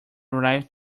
arrived